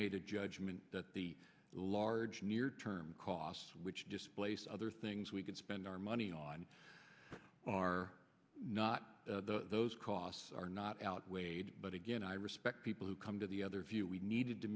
made a judgment that the large near term costs which displace other things we could spend our money on not those costs are not outweighed but again i respect people who come to the other view we needed to